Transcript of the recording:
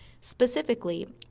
specifically